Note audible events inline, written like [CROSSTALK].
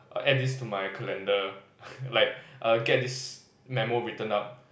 add this to my calendar [LAUGHS] like err get this memo written up